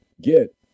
get